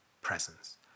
presence